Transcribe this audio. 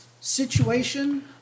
situation